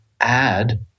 add